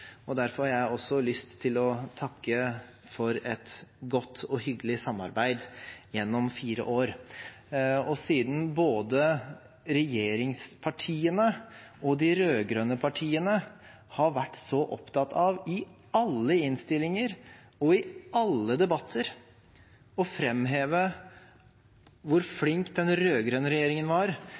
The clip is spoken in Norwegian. og derfor har jeg også lyst til å takke for et godt og hyggelig samarbeid gjennom fire år. Og siden både regjeringspartiene og de rød-grønne partiene har vært så opptatt av – i alle innstillinger og i alle debatter – å framheve hvor flink den rød-grønne regjeringen var,